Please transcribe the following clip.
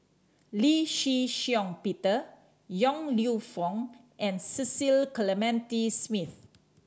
Lee Shih Shiong Peter Yong Lew Foong and Cecil Clementi Smith